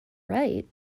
right